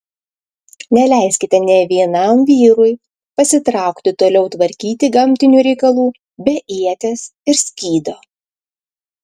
neleiskite nė vienam vyrui pasitraukti toliau tvarkyti gamtinių reikalų be ieties ir skydo